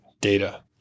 data